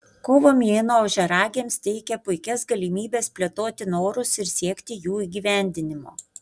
kovo mėnuo ožiaragiams teigia puikias galimybes plėtoti norus ir siekti jų įgyvendinimo